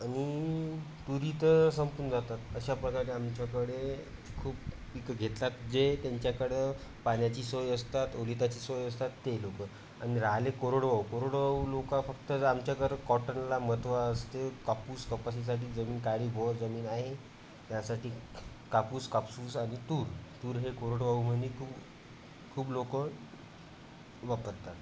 आणि तुरी तर संपून जातात अशा प्रकारे आमच्याकडे खूप पिकं घेतलात जे त्यांच्याकडं पाण्याची सोय असतात ओलिताची सोय असतात ते लोकं आणि राहिले कोरडवाहू कोरडवाहू लोकं फक्त आमच्या दर कॉटनला महत्त्व असते कापूस कपाशीसाठी जमीन काळीभोर जमीन आहे त्यासाठी कापूस कापूस आणि तूर तूर हे कोरडवाहू म्हणे खूप खूप लोकं वापरतात